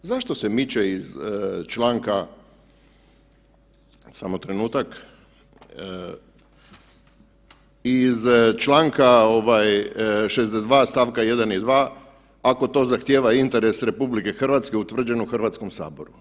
Zašto se miče iz članka, samo trenutak, iz članka ovaj 62. stavka 1. i 2. ako to zahtjeva interes RH utvrđen u Hrvatskom saboru.